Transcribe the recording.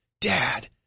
Dad